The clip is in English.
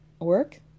work